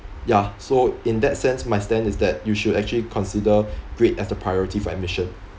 ya so in that sense my stand is that you should actually consider grade as a priority for admission